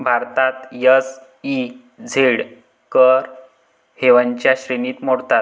भारतात एस.ई.झेड कर हेवनच्या श्रेणीत मोडतात